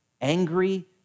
angry